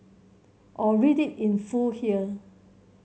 or read it in full here